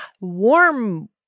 warm